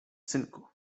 synku